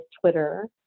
Twitter